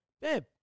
babe